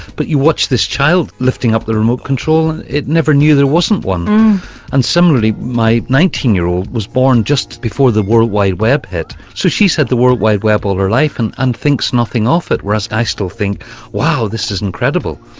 but you watch this child lifting up the remote control and it never knew there wasn't one and similarly my nineteen year old was born just before the world wide web hit so she's had the world wide web all her life and and thinks nothing of it, whereas i still think wow, this is incredible.